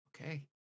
Okay